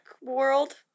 world